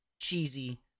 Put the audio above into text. cheesy